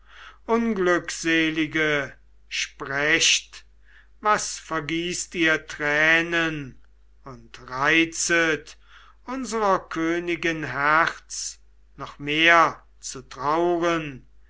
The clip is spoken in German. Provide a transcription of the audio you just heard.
unglückselige sprecht was vergießt ihr tränen und reizet unserer königin herz noch mehr zu trauern